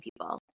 people